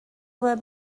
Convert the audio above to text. there